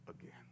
again